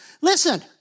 Listen